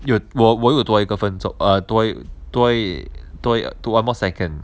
有我我有多一个分钟 uh 多一多一多 one more second